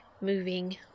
moving